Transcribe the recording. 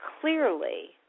clearly